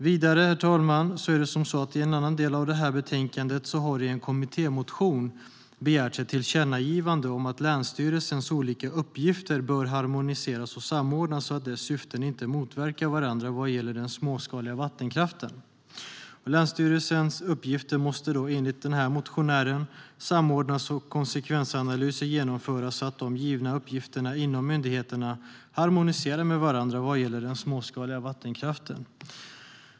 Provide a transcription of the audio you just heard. Vidare, herr talman, har det i en annan del av betänkandet i en kommittémotion begärts ett tillkännagivande om att länsstyrelsens olika uppgifter bör harmoniseras och samordnas så att deras syften inte motverkar varandra vad gäller den småskaliga vattenkraften. Länsstyrelsens uppgifter måste enligt motionären samordnas, och konsekvensanalyser måste genomföras så att de givna uppgifterna inom myndigheterna harmonierar med varandra vad gäller den småskaliga vattenkraften.